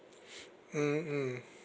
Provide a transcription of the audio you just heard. mm mm